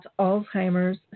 Alzheimer's